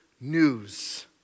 news